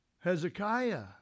Hezekiah